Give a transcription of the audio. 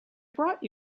brought